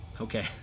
Okay